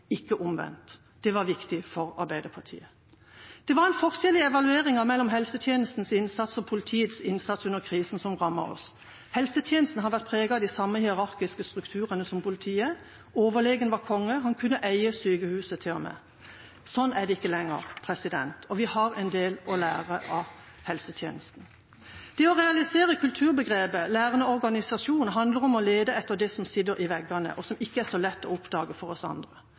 ikke omvendt. Det var viktig for Arbeiderpartiet. Det var en forskjell i evalueringa mellom helsetjenestens innsats og politiets innsats under krisen som rammet oss. Helsetjenesten har vært preget av de samme hierarkiske strukturene som politiet. Overlegen var konge. Han kunne eie sykehuset til og med. Slik er det ikke lenger, og vi har en del å lære av helsetjenesten. Det å realisere kulturbegrepet «lærende organisasjon» handler om å lete etter «det som sitter i veggene», og som ikke er så lett å oppdage for oss andre.